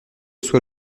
soit